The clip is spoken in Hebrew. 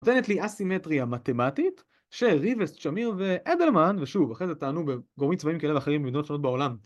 נותנת לי אסימטריה מתמטית שריבס, שמיר ואדלמן, ושוב, אחרי זה טענו גורמים צבאיים כאלה ואחרים במדינות שונות בעולם